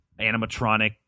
animatronic